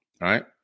right